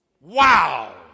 Wow